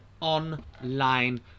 Online